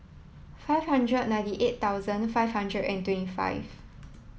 five hundred ninety eight thousand five hundred and twenty five